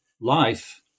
life